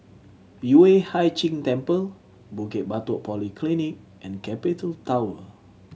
Yueh Hai Ching Temple Bukit Batok Polyclinic and Capital Tower